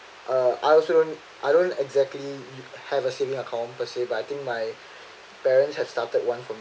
uh I also don't I don't exactly have a saving account per se but I think my parents have started one from